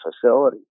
facility